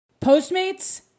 Postmates